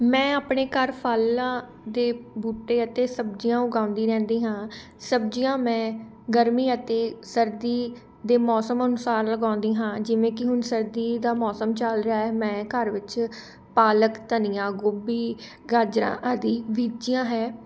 ਮੈਂ ਆਪਣੇ ਘਰ ਫ਼ਲਾਂ ਦੇ ਬੂਟੇ ਅਤੇ ਸਬਜ਼ੀਆਂ ਉਗਾਉਂਦੀ ਰਹਿੰਦੀ ਹਾਂ ਸਬਜ਼ੀਆਂ ਮੈਂ ਗਰਮੀ ਅਤੇ ਸਰਦੀ ਦੇ ਮੌਸਮ ਅਨੁਸਾਰ ਲਗਾਉਂਦੀ ਹਾਂ ਜਿਵੇਂ ਕਿ ਹੁਣ ਸਰਦੀ ਦਾ ਮੌਸਮ ਚੱਲ ਰਿਹਾ ਹੈ ਮੈਂ ਘਰ ਵਿੱਚ ਪਾਲਕ ਧਨੀਆ ਗੋਭੀ ਗਾਜਰਾਂ ਆਦਿ ਬੀਜੀਆਂ ਹੈ